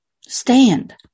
stand